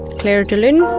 clair de lune,